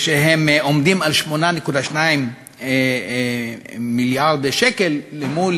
והם עומדים על 8.2 מיליארד שקל, מול